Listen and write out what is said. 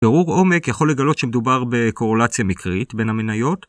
ברור עומק יכול לגלות שמדובר בקורולציה מקרית בין המניות.